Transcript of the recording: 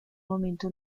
momento